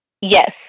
Yes